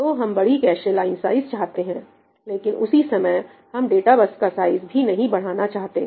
तो हम बडी कैशे लाइन साइज चाहते हैं लेकिन उसी समय हम डाटा बस का साइज भी नहीं बढ़ाना चाहते